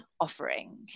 offering